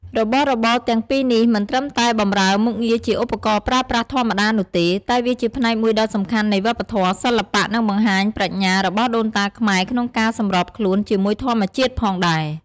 របស់របរទាំងពីរនេះមិនត្រឹមតែបម្រើមុខងារជាឧបករណ៍ប្រើប្រាស់ធម្មតានោះទេ តែវាជាផ្នែកមួយដ៏សំខាន់នៃវប្បធម៌ សិល្បៈ និងបង្ហាញប្រាជ្ញារបស់ដូនតាខ្មែរក្នុងការសម្របខ្លួនជាមួយធម្មជាតិផងដែរ។